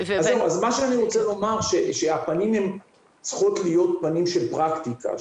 אני רוצה לומר שהפנים צריכות להיות פנים של פרקטיקה,